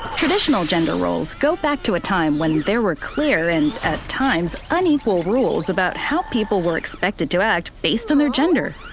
traditional gender roles go back to a time when there were clear, and at times, unequal rules about how people were expected to act based on their gender.